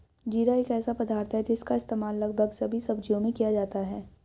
जीरा एक ऐसा पदार्थ है जिसका इस्तेमाल लगभग सभी सब्जियों में किया जाता है